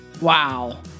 wow